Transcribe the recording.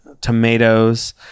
tomatoes